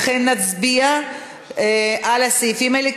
לכן נצביע על הסעיפים האלה,